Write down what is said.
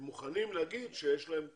הם מוכנים להגיד שיש להם כוונה.